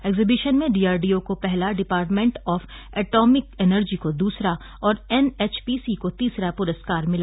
exhibition में DRDO को पहला डिपार्टमेंट ऑफ एटॉमिक एनर्जी को दूसरा और एनएचपीसी को तीसरा पुरस्कार मिला